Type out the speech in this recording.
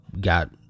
got